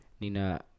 Nina